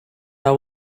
have